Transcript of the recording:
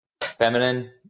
Feminine